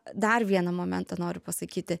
dar vieną momentą noriu pasakyti